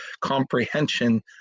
comprehension